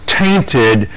tainted